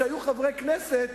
שהיו חברי כנסת,